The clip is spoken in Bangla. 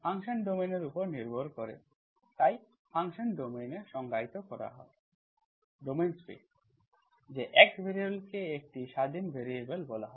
ফাংশন ডোমেইন্স এর উপর নির্ভর করে তাই ফাংশন ডোমেইন এ সংজ্ঞায়িত করা হয় ডোমেইন স্পেস যে x ভ্যারিয়েবল কে একটি স্বাধীন ভ্যারিয়েবল বলা হয়